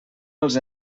els